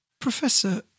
Professor